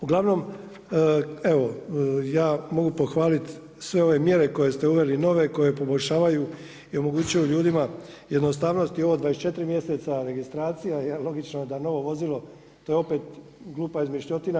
Uglavnom evo ja mogu pohvalit sve ove mjere koje ste uveli nove koje poboljšavaju i omogućuju ljudima jednostavnost i ovo 24 mjeseca registracija jer logično novo vozilo to je opet glupa izmišljotina.